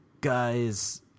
guys